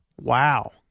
Wow